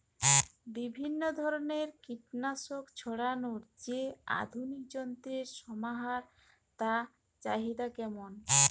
বিভিন্ন ধরনের কীটনাশক ছড়ানোর যে আধুনিক যন্ত্রের সমাহার তার চাহিদা কেমন?